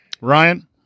Ryan